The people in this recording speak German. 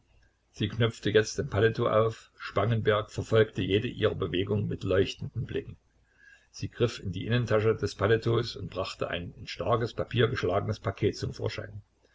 sie knöpfte jetzt den paletot auf spangenberg verfolgte jede ihrer bewegungen mit leuchtenden blicken sie griff in die innentasche des paletots und brachte ein in starkes papier geschlagenes paket zum vorschein